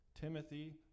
Timothy